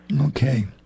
Okay